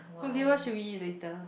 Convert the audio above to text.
okay what should we eat later